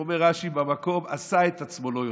אומר רש"י במקום: עשה את עצמו לא יודע.